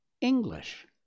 English